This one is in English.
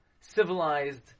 civilized